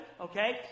okay